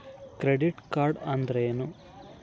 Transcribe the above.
Credit card ಅಂದ್ರೇನು?